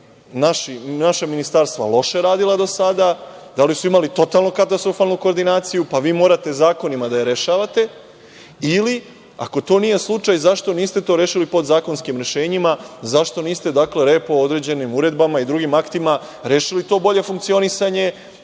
li su naša ministarstva loše radila do sada, da li su imali totalno katastrofalnu koordinaciju, pa vi morate zakonima da je rešavate ili, ako to nije slučaj, zašto niste to rešili podzakonskim rešenjima, zašto niste lepo određenim uredbama i drugim aktima rešili to bolje funkcionisanje?